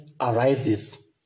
arises